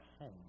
home